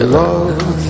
love